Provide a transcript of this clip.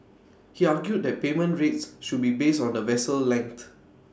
he argued that payment rates should be based on the vessel length